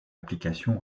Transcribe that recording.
application